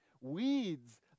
weeds